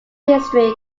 history